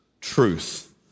truth